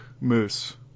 moose